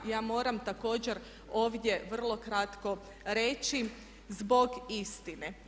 Ja moram također ovdje vrlo kratko reći zbog istine.